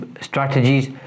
strategies